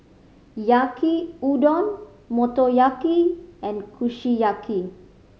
Yaki Udon Motoyaki and Kushiyaki